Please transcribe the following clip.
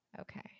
Okay